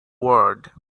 word